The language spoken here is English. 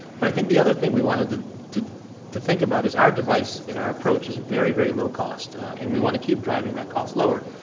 but i think the other thing we wanted to to think about is our device and our approach is very, very low cost. and we want to keep driving that cost lower.